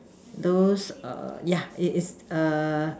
those err yeah it is err